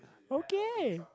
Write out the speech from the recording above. okay